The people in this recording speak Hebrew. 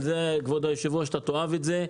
כבוד היושב-ראש, אתה תאהב את זה.